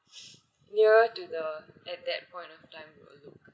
nearer to the at that point of time will do